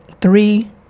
three